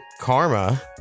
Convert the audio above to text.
karma